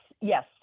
yes